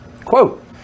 Quote